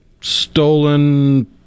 stolen